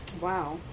Wow